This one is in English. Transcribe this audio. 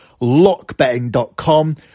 lockbetting.com